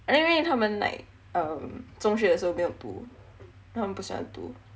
I think 因为他们 like um 中学的时候没有读他们不喜欢读